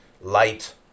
light